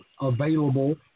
available